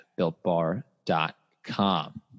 builtbar.com